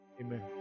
Amen